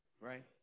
right